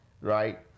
Right